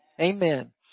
amen